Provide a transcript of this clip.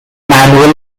manual